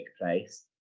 place